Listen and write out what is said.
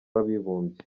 w’abibumbye